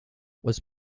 was